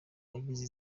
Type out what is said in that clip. bagize